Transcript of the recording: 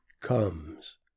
comes